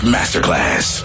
Masterclass